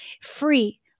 free